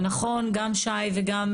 ונכון, גם שי וגם